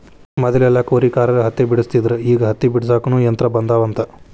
ಮದಲೆಲ್ಲಾ ಕೂಲಿಕಾರರ ಹತ್ತಿ ಬೆಡಸ್ತಿದ್ರ ಈಗ ಹತ್ತಿ ಬಿಡಸಾಕುನು ಯಂತ್ರ ಬಂದಾವಂತ